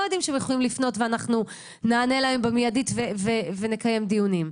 יודעים שהם יכולים לפנות ואנחנו נענה להם במיידית ונקיים דיונים.